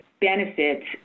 benefits